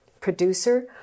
producer